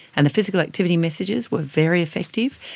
and the physical activity messages were very effective.